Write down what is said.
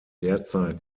derzeit